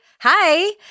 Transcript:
Hi